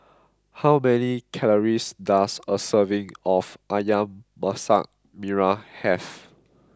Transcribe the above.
how many calories does a serving of Ayam Masak Merah have